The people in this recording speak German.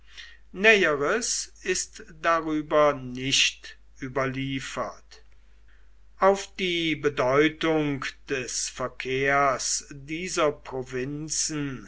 ist darüber nicht überliefert auf die bedeutung des verkehrs dieser provinzen